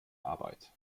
arbeit